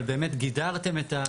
אבל באמת גידרתם את.